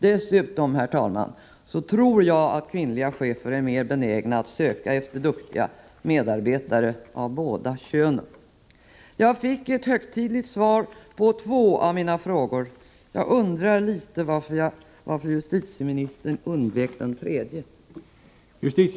Dessutom, herr talman, tror jag att kvinnliga chefer är mer benägna att söka efter duktiga medarbetare av båda könen. Jag fick ett högtidligt svar på två av mina frågor. Jag undrar litet varför justitieministern undvek den tredje.